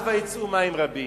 אז, "ויצאו מים רבים".